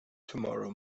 tomorrow